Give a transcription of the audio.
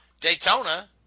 Daytona